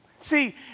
See